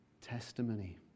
testimony